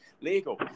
legal